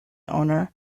owner